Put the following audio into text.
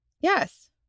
Yes